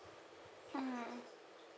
mm